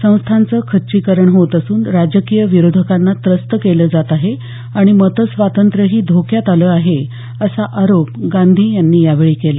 संस्थांचं खच्चीकरण होत असून राजकीय विरोधकांना त्रस्त केलं जात आहे आणि मतस्वातंत्र्यही धोक्यात आलं आहे असा आरोपही गांधी यांनी यावेळी केला